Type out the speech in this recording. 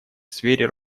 сфере